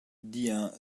deer